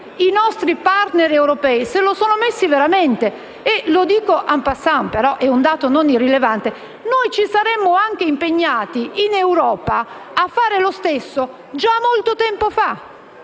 i nostri *partner* europei se lo sono messo veramente. E aggiungo *en passant* - ma è un dato non irrilevante - che noi ci saremmo anche impegnati in Europa a fare lo stesso già molto tempo fa.